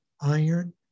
iron